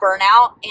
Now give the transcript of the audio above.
burnout